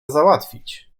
załatwić